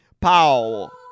Pow